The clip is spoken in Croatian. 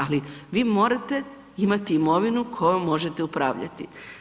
Ali vi morate imati imovinu kojom možete upravljati.